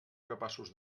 capaços